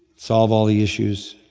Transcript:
solve all the issues.